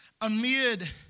amid